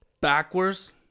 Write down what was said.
backwards